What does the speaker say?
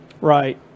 Right